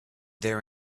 there